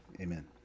amen